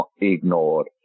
ignored